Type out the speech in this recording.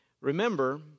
remember